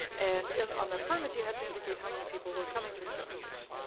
and and on that permit you had to indicate how many people were coming to the demonstration,